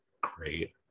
great